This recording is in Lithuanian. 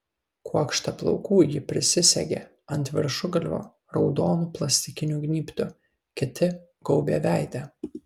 kuokštą plaukų ji prisisegė ant viršugalvio raudonu plastikiniu gnybtu kiti gaubė veidą